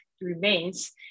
remains